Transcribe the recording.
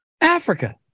Africa